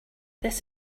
this